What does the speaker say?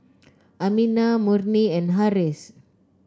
Aminah Murni and Harris